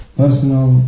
personal